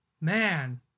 Man